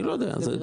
אני לא יודע שלא.